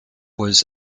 was